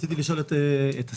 רציתי לשאול את השר,